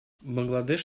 бангладеш